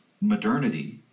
modernity